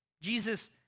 Jesus